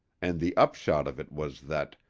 and the upshot of it was that,